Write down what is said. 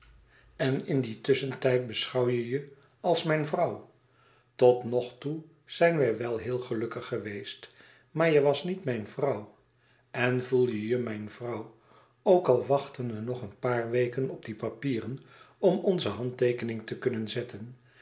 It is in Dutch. en in dien tusschentijd beschouw je je als mijn vrouw totnogtoe zijn wij wel heel gelukkig geweest maar je was niet mijn vrouw en voel je je mijn vrouw ook al wachten wij nog een paar weken op die papieren om onze handteekening te kunnen zetten